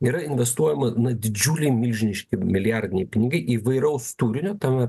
yra investuojama na didžiuliai milžiniški milijardiniai pinigai įvairaus turinio tame